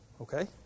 Okay